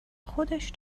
خودش